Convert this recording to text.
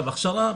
הכשרה?